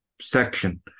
section